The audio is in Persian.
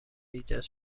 ایجاد